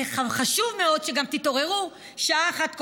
וחשוב מאוד שגם תתעוררו שעה אחת קודם.